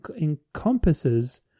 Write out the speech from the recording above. encompasses